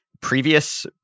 previous